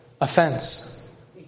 offense